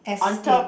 on top